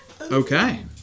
Okay